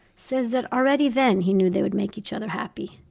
says that already then he knew they would make each other happy.